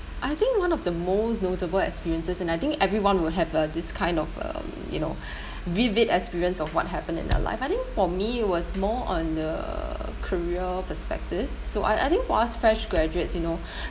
I think one of the most notable experiences and I think everyone will have a this kind of uh you know vivid experience of what happened in their life I think for me was more on the career perspective so I I think for us fresh graduates you know